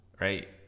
Right